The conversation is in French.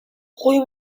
rue